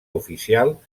oficial